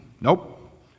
Nope